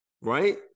right